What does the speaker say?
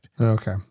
Okay